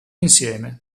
insieme